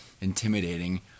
intimidating